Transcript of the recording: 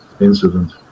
Incident